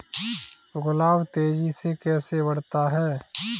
गुलाब तेजी से कैसे बढ़ता है?